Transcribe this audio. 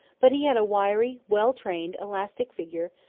but he had a wiry, well-trained, elastic figure,